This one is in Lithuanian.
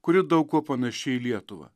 kuri daug kuo panaši į lietuvą